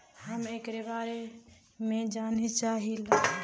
हम एकरे बारे मे जाने चाहीला?